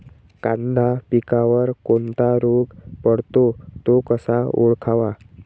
कांदा पिकावर कोणता रोग पडतो? तो कसा ओळखावा?